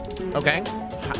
Okay